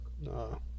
No